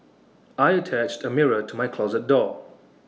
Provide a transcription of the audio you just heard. I attached A mirror to my closet door